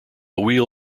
wheel